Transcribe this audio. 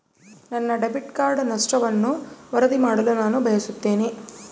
ನನ್ನ debit card ನಷ್ಟವನ್ನು ವರದಿ ಮಾಡಲು ನಾನು ಬಯಸುತ್ತೇನೆ